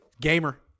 Gamer